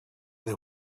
they